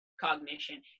cognition